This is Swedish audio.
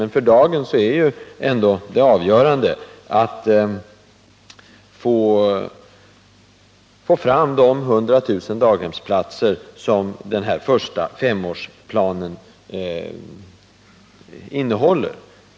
Men för dagen är ändå det avgörande att få fram de 100 000 daghemsplatser som den första femårsplanen innehåller.